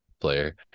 player